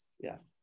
yes